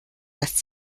lässt